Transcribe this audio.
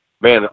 Man